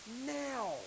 now